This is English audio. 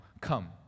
come